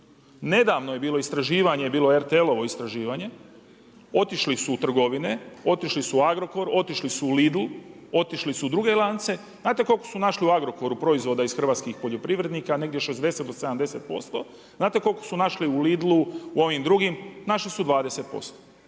Nedavno je bilo istraživanje, bilo je RTL-ovo istraživanje. Otišli su u trgovine, otišli su u Lidl, otišli su u druge lance. Znate koliko su našli u Agrokoru proizvoda iz hrvatskih poljoprivrednika? Negdje 60 do 70%. Znate koliko su našli u Lidlu, u ovim drugim? Našli su 20%.